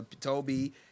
Toby